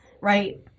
right